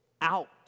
out